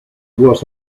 what